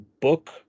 book